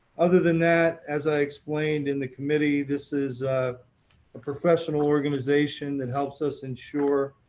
other than that, as i explained in the committee, this is a professional organization that helps us ensure